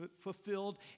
fulfilled